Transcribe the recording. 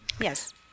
Yes